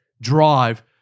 drive